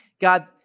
God